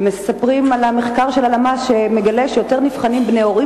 שמספרים על המחקר של הלמ"ס שמגלה שיותר נבחנים בני הורים